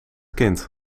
kind